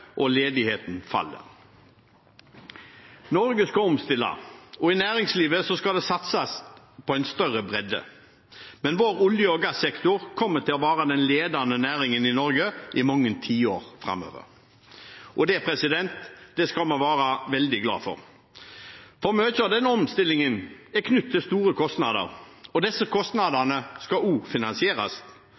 og ledigheten faller. Norge skal omstille, og i næringslivet skal det satses på en større bredde. Men vår olje- og gassektor kommer til å være den ledende næringen i Norge i mange tiår framover, og det skal vi være veldig glad for, for mye av denne omstillingen er knyttet til store kostnader. Disse kostnadene skal også finansieres, og